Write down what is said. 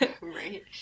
right